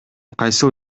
кайсыл